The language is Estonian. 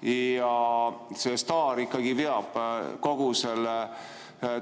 ja see STAR ikkagi veab kogu selle